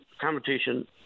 competition